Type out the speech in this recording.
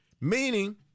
Meaning